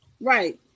right